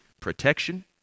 protection